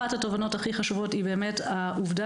אחת התובנות הכי חשובות היא באמת העובדה